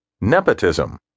Nepotism